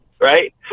right